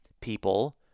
people